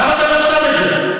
למה אתה לא שם את זה?